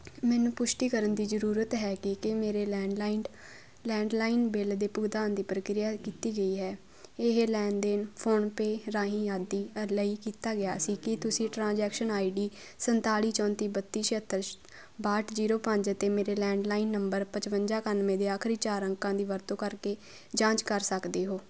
ਮੈਨੂੰ ਪੁਸ਼ਟੀ ਕਰਨ ਦੀ ਜ਼ਰੂਰਤ ਹੈ ਕਿ ਕੀ ਮੇਰੇ ਲੈਂਡਲਾਈਨ ਲੈਂਡਲਾਈਨ ਬਿੱਲ ਦੇ ਭੁਗਤਾਨ ਦੀ ਪ੍ਰਕਿਰਿਆ ਕੀਤੀ ਗਈ ਹੈ ਇਹ ਲੈਣ ਦੇਣ ਫੋਨਪੇ ਰਾਹੀਂ ਆਦਿ ਲਈ ਕੀਤਾ ਗਿਆ ਸੀ ਕੀ ਤੁਸੀਂ ਟ੍ਰਾਂਜੈਕਸ਼ਨ ਆਈਡੀ ਸੰਤਾਲੀ ਚੌਂਤੀ ਬੱਤੀ ਛਿਅੱਤਰ ਬਾਹਠ ਜੀਰੋ ਪੰਜ ਅਤੇ ਮੇਰੇ ਲੈਂਡਲਾਈਨ ਨੰਬਰ ਪਚਵੰਜਾ ਇਕਾਨਵੇਂ ਦੇ ਆਖਰੀ ਚਾਰ ਅੰਕਾਂ ਦੀ ਵਰਤੋਂ ਕਰਕੇ ਜਾਂਚ ਕਰ ਸਕਦੇ ਹੋ